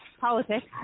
politics